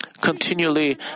continually